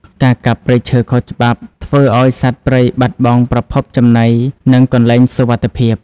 ការកាប់ព្រៃឈើខុសច្បាប់ធ្វើឱ្យសត្វព្រៃបាត់បង់ប្រភពចំណី និងកន្លែងសុវត្ថិភាព។